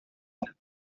point